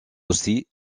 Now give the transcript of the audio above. aussi